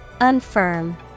Unfirm